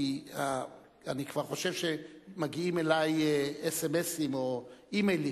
כי אני כבר חושב שמגיעים אלי אס.אם.אסים או אימיילים.